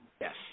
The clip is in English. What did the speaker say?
Yes